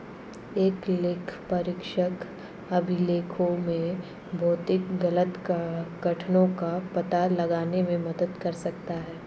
एक लेखापरीक्षक अभिलेखों में भौतिक गलत कथनों का पता लगाने में मदद कर सकता है